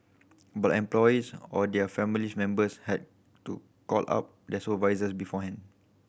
but employees or their family members had to call up their supervisors beforehand